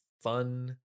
fun